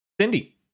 Cindy